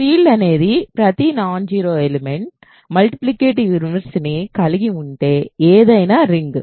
field అనేది ప్రతి non zero element multiplicative inverse ని కలిగి ఉండే ఏదైనా రింగ్